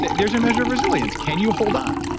there's a measure of resilience. can you hold on?